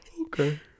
okay